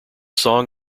song